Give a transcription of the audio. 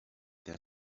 their